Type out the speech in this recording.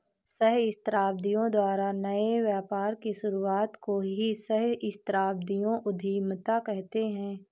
सहस्राब्दियों द्वारा नए व्यापार की शुरुआत को ही सहस्राब्दियों उधीमता कहते हैं